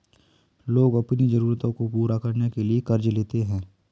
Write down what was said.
लोग अपनी ज़रूरतों को पूरा करने के लिए क़र्ज़ लेते है